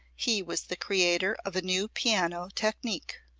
he was the creator of a new piano technique.